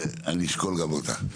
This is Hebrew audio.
אני אשקול גם אותה,